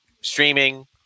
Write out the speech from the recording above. streaming